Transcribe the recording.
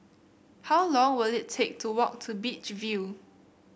how long will it take to walk to Beach View